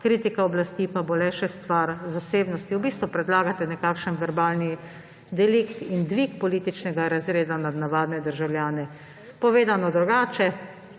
kritika oblasti pa bo le še stvar zasebnosti. V bistvu predlagate nekakšen verbalni delikt in dvig političnega razreda nad navadne državljane. Povedano drugače,